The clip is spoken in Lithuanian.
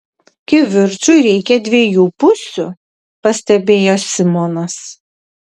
kivirčui reikia dviejų pusių pastebėjo simonas